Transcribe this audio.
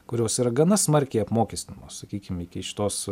kurios yra gana smarkiai apmokestinamos sakykim iki šitos